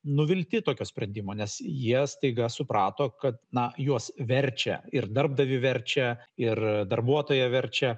nuvilti tokio sprendimo nes jie staiga suprato kad na juos verčia ir darbdavį verčia ir darbuotoją verčia